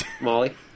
Molly